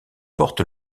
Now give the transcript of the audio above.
porte